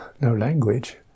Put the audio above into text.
language